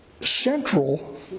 central